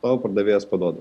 tau pardavėjas paduoda